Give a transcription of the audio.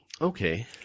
Okay